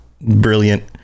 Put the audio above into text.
brilliant